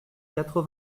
quatre